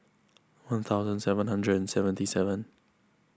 one thousand seven hundred and seventy seven